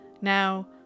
Now